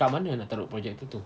kat mana nak taruk projector tu